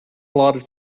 allotted